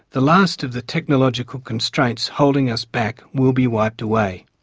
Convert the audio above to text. the last of the technological constraints holding us back will be wiped away.